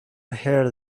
hear